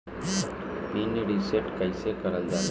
Pin reset कईसे करल जाला?